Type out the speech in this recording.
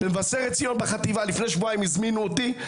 במבשרת ציון בחטיבה לפני שבועיים הזמינו אותי.